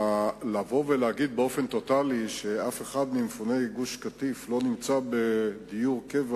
לבוא ולהגיד באופן טוטלי שאף אחד ממפוני גוש-קטיף לא נמצא בדיור קבע